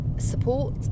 support